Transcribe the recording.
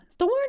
Thorn